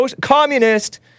Communist